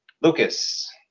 Lucas